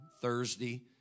Thursday